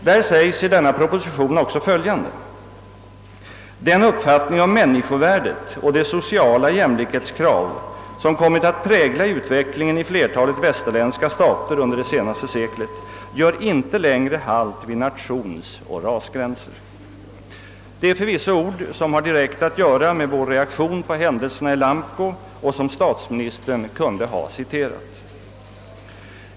I denna proposition står också följande: »Den uppfattning om människovärdet och de sociala jämlikhetskrav som kommit att prägla utvecklingen i flertalet västerländska stater under det senaste seklet gör inte längre halt vid nationsoch rasgränser.» Detta är förvisso ord som direkt har att göra med vår reaktion på händelserna i Lamco och som statsministern kunde ha citerat.